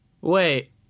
wait